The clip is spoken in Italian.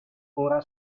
ora